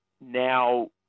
Now